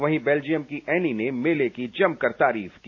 वहीं बेल्जियम की एनी ने मेले की जमकर तारीफ की